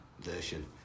version